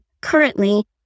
currently